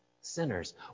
sinners